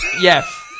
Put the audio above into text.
Yes